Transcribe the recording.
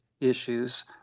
issues